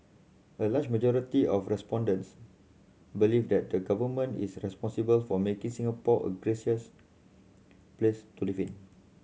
a large majority of respondents believe that the Government is responsible for making Singapore a gracious place to live in